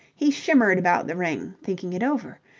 he shimmered about the ring, thinking it over.